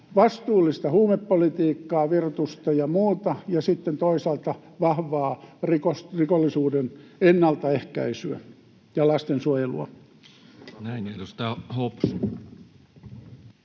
vastuullista huumepolitiikkaa, vieroitusta ja muuta, ja toisaalta vahvaa rikollisuuden ennaltaehkäisyä ja lastensuojelua. [Speech